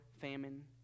famine